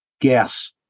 gas